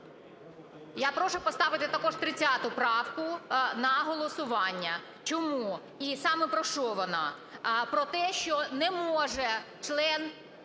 Я прошу поставити також 30 правку на голосування. Чому і саме про що вона. Про те, що не може член